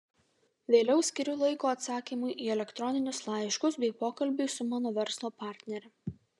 vėliau skiriu laiko atsakymui į elektroninius laiškus bei pokalbiui su mano verslo partnere